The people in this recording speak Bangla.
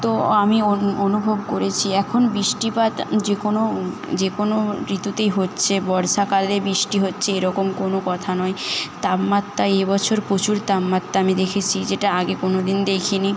তো আমি অনু অনুভব করেছি এখন বৃষ্টিপাত যে কোনো যে কোনো ঋতুতেই হচ্ছে বর্ষকালে বৃষ্টি হচ্ছে এরকম কোনো কথা নয় তাপমাত্রা এই বছর প্রচুর তাপমাত্রা আমি দেখেছি যেটা আগে কোনো দিন দেখি নি